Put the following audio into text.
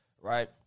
right